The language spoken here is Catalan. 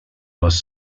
les